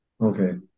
Okay